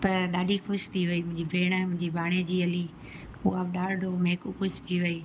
त ॾाढी ख़ुशि थी वई मुंहिंजी भेणु मुंहिंजी भाणेजी हली उहा बि ॾाढो मैकू ख़ुशि थी वई